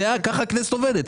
כך הכנסת עובדת.